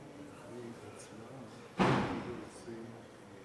קודם מצביעים.